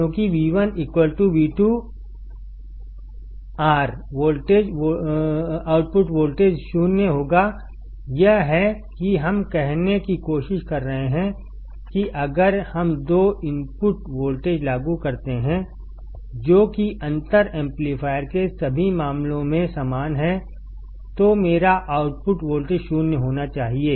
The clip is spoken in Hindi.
क्योंकि V1 V2 आउटपुट वोल्टेज 0 होगायह है कि हमकहने की कोशिश कर रहे हैं कि अगर हम दो इनपुट वोल्टेज लागू करते हैं जो कि अंतर एम्पलीफायर के सभी मामलों में समान हैं तो मेरा आउटपुट वोल्टेज 0 होना चाहिए